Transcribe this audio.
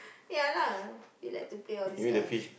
ya lah you like to play all these kind of